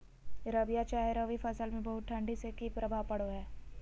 रबिया चाहे रवि फसल में बहुत ठंडी से की प्रभाव पड़ो है?